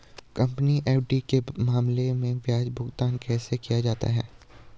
Company FD के मामले में ब्याज भुगतान कैसे किया जाता है?